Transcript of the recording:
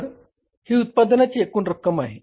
तर ही उत्पादनाची एकूण रक्कम आहे